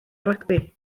rygbi